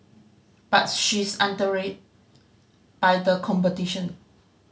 but she is by the competition